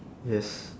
yes